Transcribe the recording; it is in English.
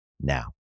now